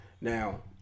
Now